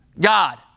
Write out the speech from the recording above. God